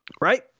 Right